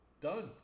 Done